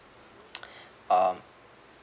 um